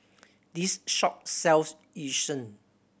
this shop sells Yu Sheng